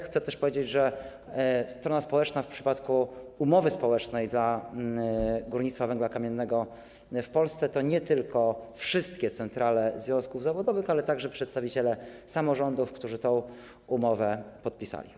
Chcę też powiedzieć, że strona społeczna w przypadku umowy społecznej dla górnictwa węgla kamiennego w Polsce to nie tylko wszystkie centrale związków zawodowych, ale także przedstawiciele samorządów, którzy tę umowę podpisali.